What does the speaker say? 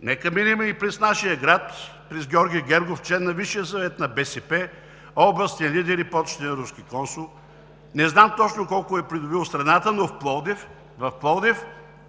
Нека да минем и през нашия град – през Георги Гергов, член на Висшия съвет на БСП, областният лидер, почетният руски консул. Не знам точно колко е придобил в страната, но в Пловдив